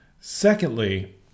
Secondly